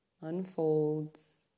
unfolds